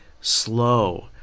slow